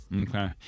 okay